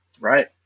right